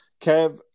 Kev